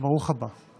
ברוך הבא, ברוך הבא.